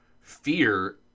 fear